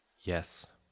Yes